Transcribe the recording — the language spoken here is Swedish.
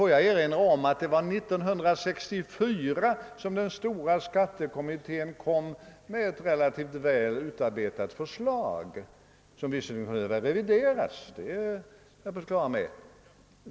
Låt mig erinra om att det var 1964 som den stora skattekom mittén avlämnade ett relativt väl utarbetat förslag som visserligen behövde revideras — det är jag på det klara med.